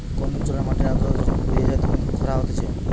কোন অঞ্চলের মাটির আদ্রতা যখন ফুরিয়ে যায় তখন খরা হতিছে